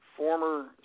former